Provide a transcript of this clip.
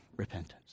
repentance